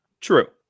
true